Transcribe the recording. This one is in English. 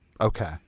Okay